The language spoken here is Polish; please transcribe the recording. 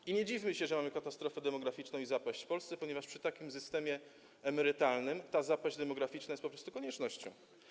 I nie dziwmy się, że mamy katastrofę demograficzną i zapaść w Polsce, ponieważ przy takim systemie emerytalnym ta zapaść demograficzna jest po prostu koniecznością.